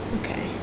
Okay